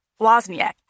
Wozniak